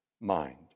mind